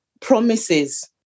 promises